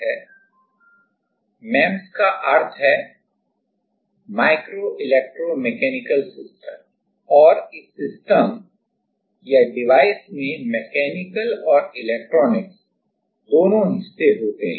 MEMS का अर्थ है माइक्रो इलेक्ट्रोमैकेनिकल सिस्टम और इस सिस्टम या डिवाइस में मैकेनिकल और इलेक्ट्रॉनिक्स दोनों हिस्से होते हैं